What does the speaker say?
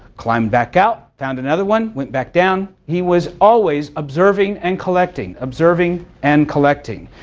climbed back out, found another one, went back down, he was always observing and collecting, observing and collecting.